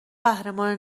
قهرمان